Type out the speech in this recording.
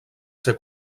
ser